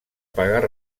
pagar